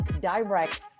direct